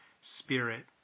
spirit